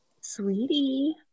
sweetie